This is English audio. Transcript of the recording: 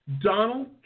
Donald